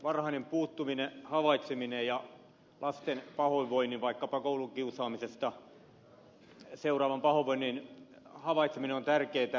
varhainen puuttuminen havaitseminen ja lasten pahoinvoinnin vaikkapa koulukiusaamisesta seuraavan pahoinvoinnin havaitseminen on tärkeätä